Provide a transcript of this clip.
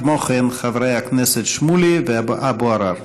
כמו כן, חברי הכנסת שמולי ואבו עראר.